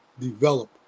develop